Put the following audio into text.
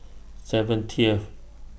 seventieth